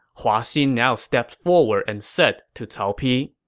hua xin now stepped forward and said to cao pi,